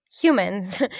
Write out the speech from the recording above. humans